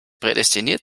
prädestiniert